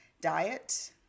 diet